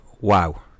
wow